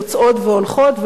יוצאות והולכות.